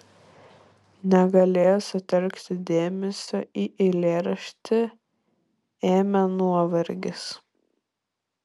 negalėjo sutelkti dėmesio į eilėraštį ėmė nuovargis